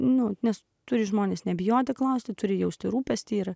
nu nes turi žmones nebijoti klausti turi jausti rūpestį ir